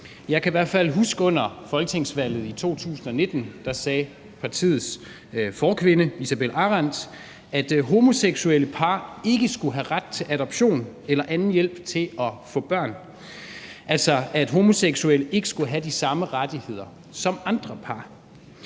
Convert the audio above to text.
Jeg kan i hvert fald huske, at under folketingsvalget i 2019 sagde partiets forkvinde, Isabella Arendt, at homoseksuelle par ikke skulle have ret til adoption eller anden hjælp til at få børn. Homoseksuelle skulle altså ikke have samme rettigheder som andre par.